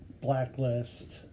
Blacklist